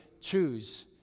choose